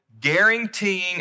guaranteeing